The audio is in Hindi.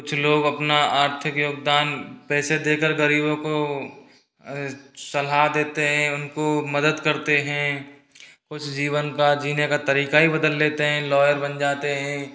कुछ लोग अपना आर्थिक योगदान पैसे दे कर गरीबों को सलाह देते हैं उनको मदद करते हैं कुछ जीवन का जीने का तरीका ही बदल लेते हैं लॉयर बन जाते हैं